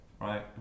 right